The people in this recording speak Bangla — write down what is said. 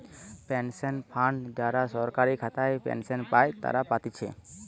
পেনশন ফান্ড যারা সরকারি খাতায় পেনশন পাই তারা পাতিছে